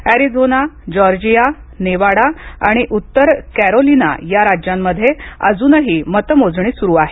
Arizona Georgia Nevada आणि उत्तर Carolina या राज्यांमध्ये अजूनही मतमोजणी सुरू आहे